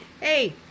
Hey